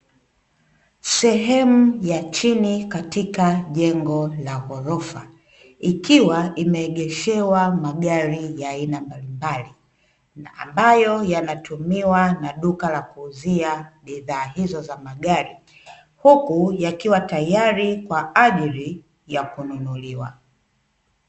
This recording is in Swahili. Sehemu ya chini katika jengo la ghorofa, ikiwa imeegeshewa magari ya aina mbalimbali na ambayo yanatumiwa na duka la kuuzia bidhaa hizo za magari, huku yakiwa tayari kwa ajili ya kununuliwa.